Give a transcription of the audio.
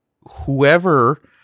whoever